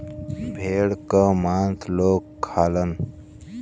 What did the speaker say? भेड़ क मांस लोग खालन